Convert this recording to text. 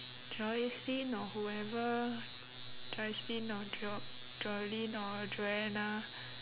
joycelyn or whoever joycelyn or jo~ jolin or joanna